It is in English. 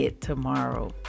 tomorrow